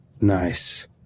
Nice